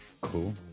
cool